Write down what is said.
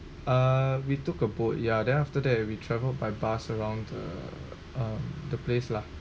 uh we took a boat ya then after that we travel by bus around uh um the place lah